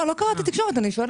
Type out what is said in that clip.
לא, לא קראתי תקשורת, אני שואלת.